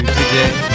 today